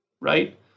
right